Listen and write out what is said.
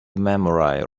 memory